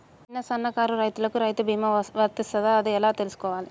చిన్న సన్నకారు రైతులకు రైతు బీమా వర్తిస్తదా అది ఎలా తెలుసుకోవాలి?